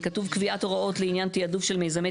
כתוב "קביעת הוראות לעניין תיעדוף של מיזמי